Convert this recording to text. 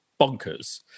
bonkers